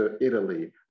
Italy